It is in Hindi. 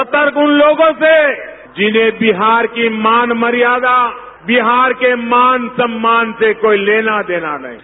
सतर्क उन लोगों से जिन्हें बिहार की मान मार्यादा बिहार के मान सम्मान से कोई लेना देना नहीं है